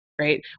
right